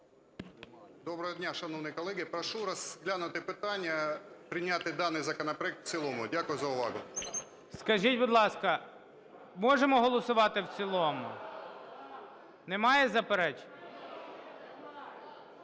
Доброго дня, шановні колеги! Прошу розглянути питання прийняти даний законопроект в цілому. Дякую за увагу. ГОЛОВУЮЧИЙ. Скажіть, будь ласка, можемо голосувати в цілому? Немає заперечень?